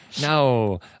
No